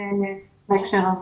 תודה.